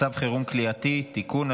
(מצב חירום כליאתי) (תיקון),